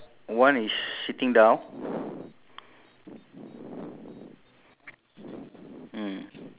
uh you explain to me your difference on the left the pear y~ you have four then the potato you have two